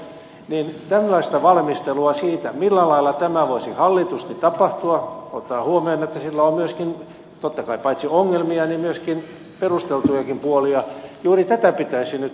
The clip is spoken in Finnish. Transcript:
juuri tällaista valmistelua siitä millä lailla tämä voisi hallitusti tapahtua ottaen huomioon että siinä on totta kai paitsi ongelmia niin myöskin perusteltujakin puolia pitäisi nyt tapahtua